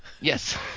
Yes